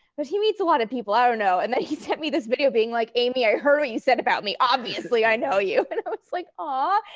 but he meets a lot of people. i don't know. and then he sent me this video being like, amy, i heard what you said about me. obviously, i know you. and i was like, ah